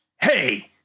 Hey